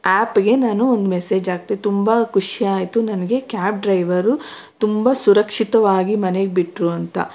ಆ್ಯಪ್ಗೆ ನಾನು ಒಂದು ಮೆಸೇಜ್ ಹಾಕಿದೆ ತುಂಬ ಖುಷಿಯಾಯಿತು ನನಗೆ ಕ್ಯಾಬ್ ಡ್ರೈವರು ತುಂಬ ಸುರಕ್ಷಿತವಾಗಿ ಮನೆಗೆ ಬಿಟ್ಟರು ಅಂತ